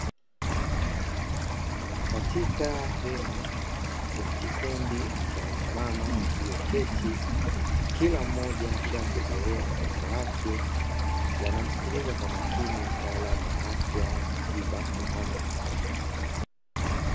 Katika hema kuna kikundi cha wamama walioketi kila mmoja akiwa amebeba mtoto wake, wanamsikiliza kwa makini mtaalamu wa afya wa tiba kwa mama na mtoto.